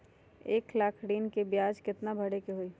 एक लाख ऋन के ब्याज केतना भरे के होई?